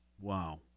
Wow